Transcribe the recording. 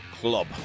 Club